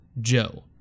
Joe